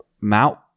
Mount